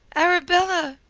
arabella!